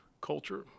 culture